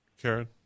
Karen